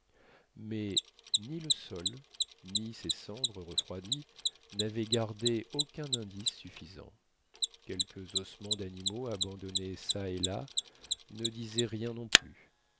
mais ni le sol ni ces cendres refroidies n'avaient gardé aucun indice suffisant quelques ossements d'animaux abandonnés çà et là ne disaient rien non plus